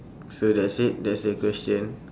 so that's it that's the question